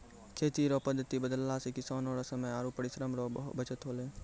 खेती रो पद्धति बदलला से किसान रो समय आरु परिश्रम रो बचत होलै